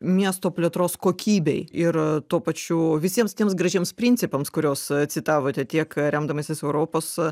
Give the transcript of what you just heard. miesto plėtros kokybei ir tuo pačiu visiems tiems gražiems principams kuriuos citavote tiek remdamasis europos